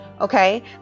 okay